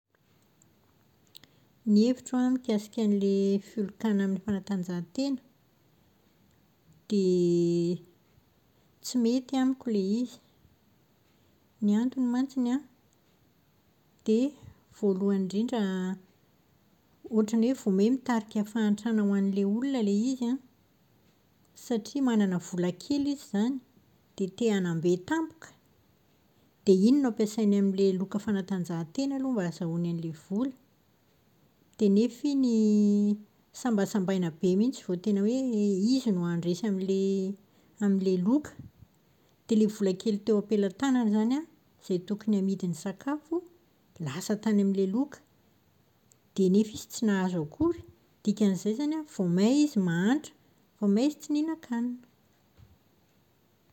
Ny hevitro an mikasika an'ilay filokàna amin'ny fanatanjahantena dia tsy mety amiko ilay izy. Ny antony mantsiny an, dia voalohany indrindra, ohatran'ny hoe vao may mitarika fahantrana ho an'ilay olona ilay izy an, satria manana vola kely izy izany, dia te-hanambe tampoka. Dia iny no ampiasaina amin'ilay loka fanatanjahantena aloha mba ahazoany an'ilay vola. Dia nefa iny sambasambaina be mihitsy vao tena hoe izy no handresy amin'ilay amin'ilay loka. Dia ilay vola kely teo ampelatanany izany an, izay tokony amidiny sakafo, lasa tany amin'ilay loka dia nefa izy tsy nahazo akory! Dikan'izay izany an, vao may izy mahantra. Vao may izy tsy nihinan-kanina.